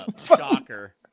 shocker